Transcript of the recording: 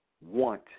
want